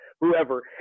whoever